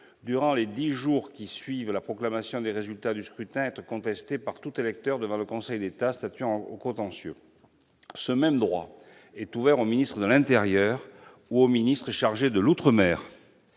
durant les dix jours qui suivent la proclamation des résultats du scrutin, être contestée par tout électeur devant le Conseil d'État statuant au contentieux. Ce même droit est ouvert au ministre de l'intérieur ou au ministre chargé de l'outre-mer,